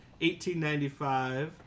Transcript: $18.95